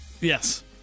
Yes